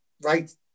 right